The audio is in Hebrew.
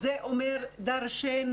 זה אומר דרשני,